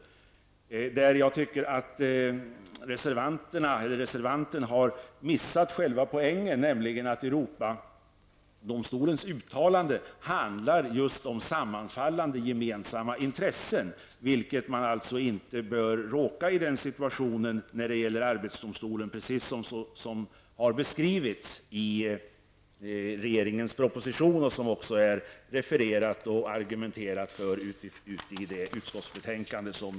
Jag anser att reservanten har missat själva poängen, nämligen att Europadomstolens uttalande handlar om just sammanfallande, gemensamma intressen. I den situationen bör man inte kunna råka in i när det gäller arbetsdomstolen, något som framhålls i regeringens proposition och som det argumenteras för i utskottsbetänkandet.